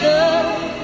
Love